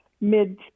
mid